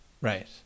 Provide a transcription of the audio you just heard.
Right